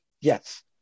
Yes